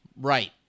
Right